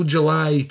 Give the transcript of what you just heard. July